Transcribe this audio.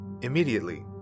Immediately